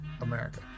america